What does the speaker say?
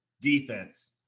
defense